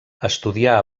estudià